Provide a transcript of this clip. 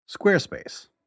Squarespace